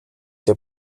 der